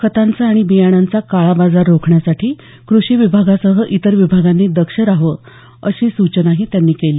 खतांचा आणि बियाण्यांचा काळा बाजार रोखण्यासाठी कृषी विभागासह इतर विभागांनी दक्ष रहावं अशी सूचनाही त्यांनी केली